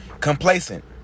Complacent